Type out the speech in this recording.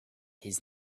his